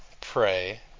pray